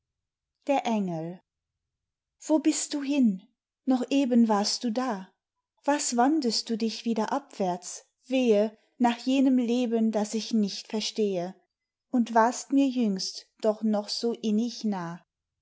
der engel wo bist du hin noch eben warst du da was wandtest du dich wieder abwärts wehe nach jenem leben das ich nicht verstehe und warst mir jüngst doch noch so innig nah